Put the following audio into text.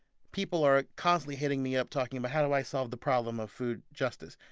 people are constantly hitting me up, talking about, how do i solve the problem of food justice?